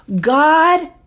God